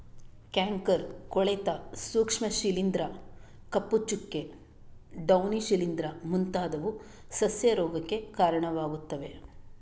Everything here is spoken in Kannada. ಕ್ಯಾಂಕರ್, ಕೊಳೆತ ಸೂಕ್ಷ್ಮ ಶಿಲೀಂಧ್ರ, ಕಪ್ಪು ಚುಕ್ಕೆ, ಡೌನಿ ಶಿಲೀಂಧ್ರ ಮುಂತಾದವು ಸಸ್ಯ ರೋಗಕ್ಕೆ ಕಾರಣವಾಗುತ್ತವೆ